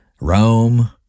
Rome